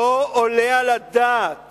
לא עולה על הדעת